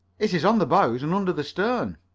it is on the bows and under the stern.